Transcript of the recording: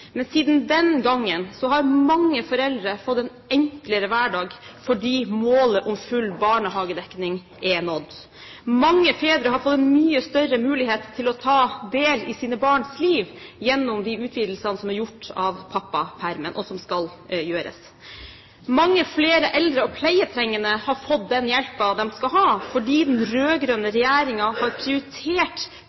Men siden den gangen har mange foreldre fått en enklere hverdag fordi målet om full barnehagedekning er nådd. Mange fedre har fått en mye større mulighet til å ta del i sine barns liv gjennom de utvidelsene som er gjort av pappapermen, og som skal gjøres. Mange flere eldre og pleietrengende har fått den hjelpen de skal ha, fordi den rød-grønne regjeringen har prioritert